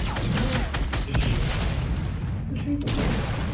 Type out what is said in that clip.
per month to shave it once the cheaper ones